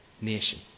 nation